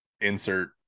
insert